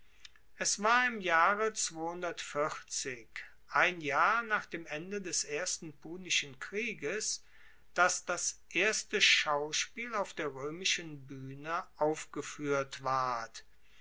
es war im jahre ein jahr nach dem ende des ersten punischen krieges dass das erste schauspiel auf der roemischen buehne aufgefuehrt ward